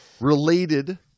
related